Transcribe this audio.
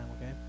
okay